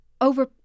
over